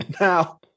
now